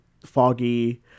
foggy